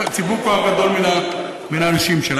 ציבור כל כך גדול מן האנשים שלה.